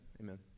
Amen